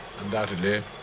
Undoubtedly